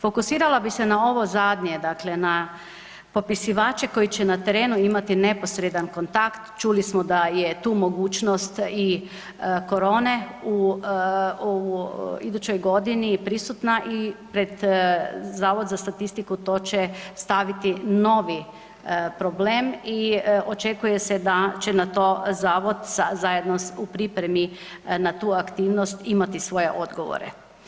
Fokusirala bi se na ovo zadnje, dakle na popisivače koji se na terenu imati neposredan kontakt, čuli smo da je tu mogućnost i korone u idućoj godina prisutna i pred Zavod za statistiku to će staviti novi problem i očekuje se da će na to Zavod zajedno u pripremi na tu aktivnost imati svoje odgovore.